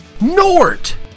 Nort